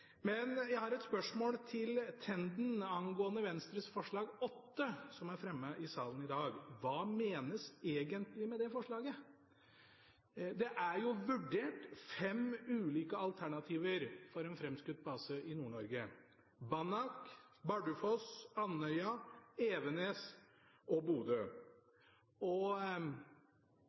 Men jeg har et spørsmål til Tenden angående Venstres forslag nr. 8, som er fremmet i salen i dag. Hva menes egentlig med det forslaget? Det er vurdert fem ulike alternativer for en fremskutt base i Nord-Norge: Banak, Bardufoss, Andøya, Evenes og Bodø. Vurderingene var helt klare. Evenes er den beste, og